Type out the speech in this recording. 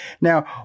Now